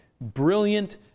brilliant